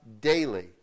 daily